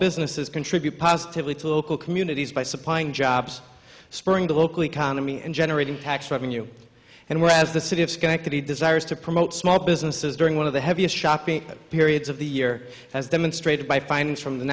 businesses contribute positively to local communities by supplying jobs spurring the local economy and generating tax revenue and well as the city of schenectady desires to promote small businesses during one of the heaviest shopping periods of the year as demonstrated by findings from the